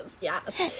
yes